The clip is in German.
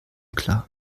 klar